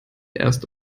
erst